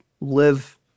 live